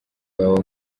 wawe